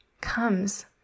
comes